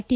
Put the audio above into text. T